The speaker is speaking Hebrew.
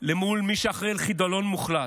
למול מי שאחראי על חידלון מוחלט,